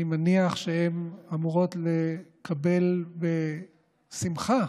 אני מניח שהן אמורות לקבל בשמחה